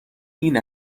این